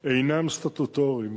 אינם סטטוטוריים,